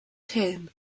term